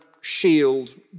shield